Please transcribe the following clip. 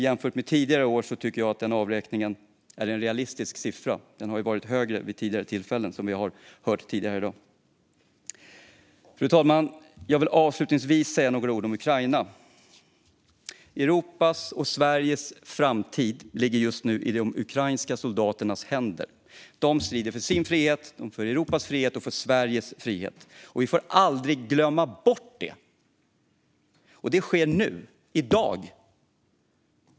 Jämfört med tidigare år tycker jag att det är en realistisk siffra. Som vi har hört tidigare här i dag har den ju varit högre vid tidigare tillfällen. Fru talman! Jag vill avslutningsvis säga några ord om Ukraina. Europas och Sveriges framtid ligger just nu i de ukrainska soldaternas händer. De strider för sin frihet, för Europas frihet och för Sveriges frihet. Det får vi aldrig glömma bort. Det sker nu, i dag.